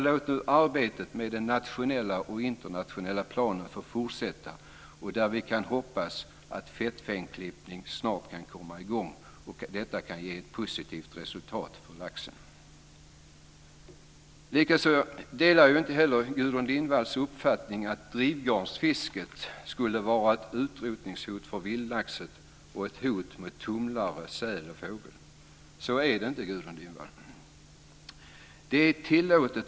Låt nu arbetet med den nationella och internationella planen få fortsätta. Vi kan hoppas att fettfenklippning snart kan komma i gång, och det kan ge ett positivt resultat för laxen. Jag delar inte heller Gudrun Lindvalls uppfattning att drivgarnsfisket skulle vara ett utrotningshot mot vildlaxen och ett hot mot tumlare, säl och fågel. Så är det inte, Gudrun Lindvall.